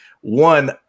one